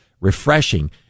refreshing